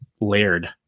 layered